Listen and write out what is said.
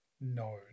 No